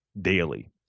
daily